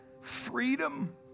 Freedom